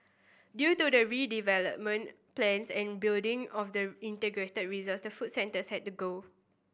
due to redevelopment plans and building of the integrated resort the food centres had to go